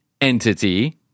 entity